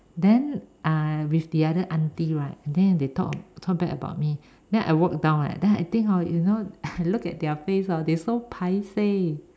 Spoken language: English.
then uh with the other auntie right and then they talk talk bad about me then I walk down leh then I think hor you know look at their face hor they so paiseh